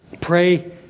Pray